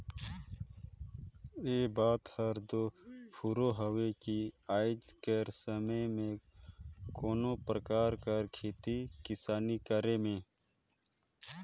ए बात हर दो फुरों हवे कि आएज कर समे में कोनो परकार कर खेती किसानी करे में